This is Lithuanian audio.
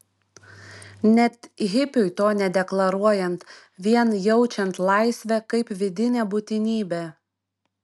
net hipiui to nedeklaruojant vien jaučiant laisvę kaip vidinę būtinybę